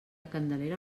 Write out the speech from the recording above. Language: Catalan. candelera